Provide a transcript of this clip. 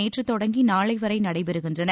நேற்று தொடங்கி நாளை வரை நடைபெறுகின்றன